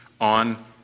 on